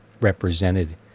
represented